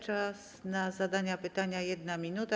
Czas na zadanie pytania - 1 minuta.